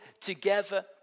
together